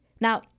Now